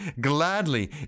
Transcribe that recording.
gladly